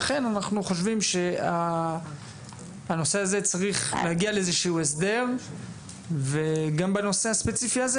לכן אנחנו חושבים שהנושא הזה צריך להגיע לאיזשהו הסדר ונשאלת השאלה